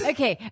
Okay